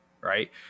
right